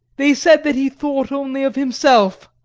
they said that he thought only of himself.